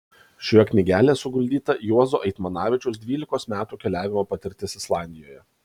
šioje knygelėje suguldyta juozo eitmanavičiaus dvylikos metų keliavimo patirtis islandijoje